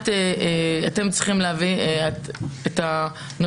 אתם צריכים להביא את הנוסחים.